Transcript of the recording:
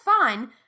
fine